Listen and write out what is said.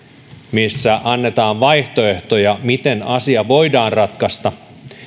missä annetaan vaihtoehtoja miten asia voidaan ratkaista